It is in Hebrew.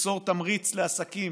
שתיצור תמריץ לעסקים